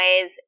ways